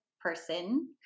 person